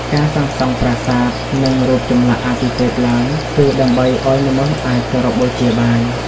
ការសាងសង់ប្រាសាទ និងរូបចម្លាក់អាទិទេពឡើង គឺដើម្បីឱ្យមនុស្សអាចគោរពបូជាបាន។